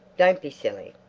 don't be silly!